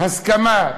הסכמה,